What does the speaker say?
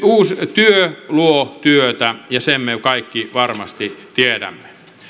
työ luo työtä ja sen me jo kaikki varmasti tiedämme